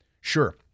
Sure